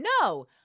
no